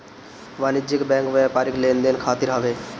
वाणिज्यिक बैंक व्यापारिक लेन देन खातिर हवे